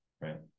right